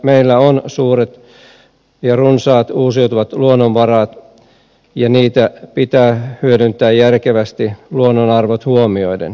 meillä on suuret ja runsaat uusiutuvat luonnonvarat ja niitä pitää hyödyntää järkevästi luonnonarvot huomioiden